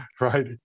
right